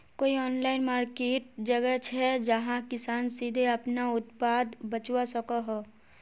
कोई online market जगह छे जहाँ किसान सीधे अपना उत्पाद बचवा सको हो?